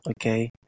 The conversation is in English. okay